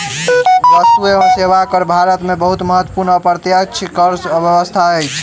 वस्तु एवं सेवा कर भारत में बहुत महत्वपूर्ण अप्रत्यक्ष कर व्यवस्था अछि